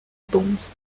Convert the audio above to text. bonds